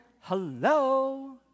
Hello